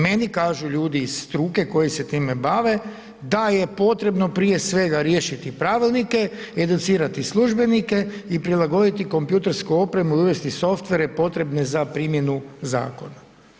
Meni kažu ljudi iz struke koji se time bave da je potrebno prije svega riješiti pravilnike, educirati službenike i prilagoditi kompjutersku opremu i uvesti software potrebne za primjenu zakona.